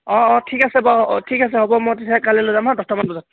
অঁ অঁ ঠিক আছে বাৰু অঁ ঠিক আছে হ'ব তেতিয়াহলে মই কাইলৈ লৈ যাম দছটামান বজাত